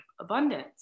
abundance